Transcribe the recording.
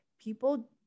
people